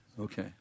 Okay